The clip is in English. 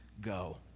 go